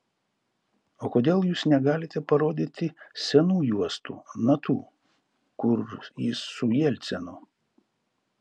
o kodėl jūs negalite parodyti senų juostų na tų kur jis su jelcinu